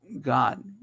God